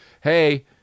hey